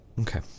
Okay